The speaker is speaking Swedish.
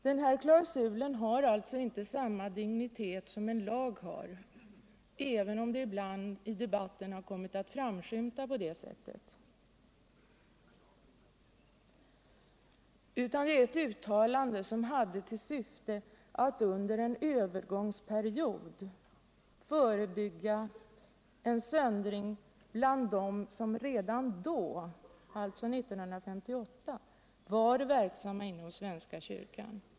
Den här klausulen har alltså inte samma dignitet som en lag, även om det ibland har kommit att synas så i debatten, utan den grundar sig på ett uttalande som hade till syfte att under en övergångsperiod förebygga en söndring bland dem som redan då —alltså 1958 - var verksamma inom svenska kyrkan.